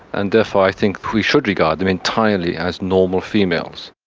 and therefore i think we should regard them entirely as normal females.